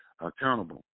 accountable